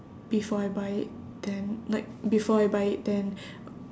before I buy then like before I buy then